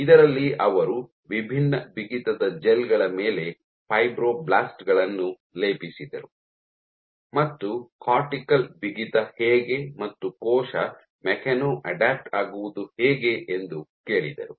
ಇದರಲ್ಲಿ ಅವರು ವಿಭಿನ್ನ ಬಿಗಿತದ ಜೆಲ್ ಗಳ ಮೇಲೆ ಫೈಬ್ರೊಬ್ಲಾಸ್ಟ್ ಗಳನ್ನು ಲೇಪಿಸಿದರು ಮತ್ತು ಕಾರ್ಟಿಕಲ್ ಬಿಗಿತ ಹೇಗೆ ಮತ್ತು ಕೋಶ ಮೆಕ್ಯಾನೊ ಅಡ್ಯಾಪ್ಟ್ ಆಗುವುದು ಹೇಗೆ ಎಂದು ಕೇಳಿದರು